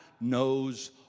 knows